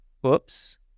whoops